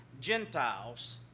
Gentiles